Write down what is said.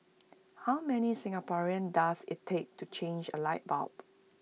how many Singaporeans does IT take to change A light bulb